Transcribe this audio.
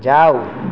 जाउ